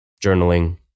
journaling